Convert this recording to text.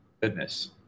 Goodness